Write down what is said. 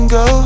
go